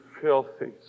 filthy